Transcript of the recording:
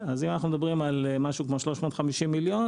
אז אם אנחנו מדברים על כ-320 מיליון